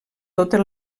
totes